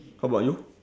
how about you